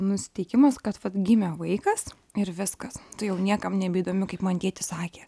nusiteikimas kad vat gimė vaikas ir viskas tu jau niekam nebeįdomi kaip man tėtis sakė